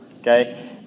Okay